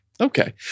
Okay